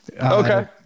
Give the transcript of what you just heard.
Okay